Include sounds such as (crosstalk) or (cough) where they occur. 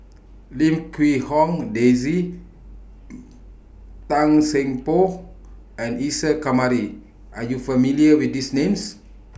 Lim Quee Hong Daisy (hesitation) Tan Seng Poh and Isa Kamari Are YOU familiar with These Names